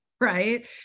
Right